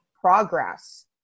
progress